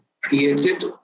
created